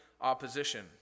opposition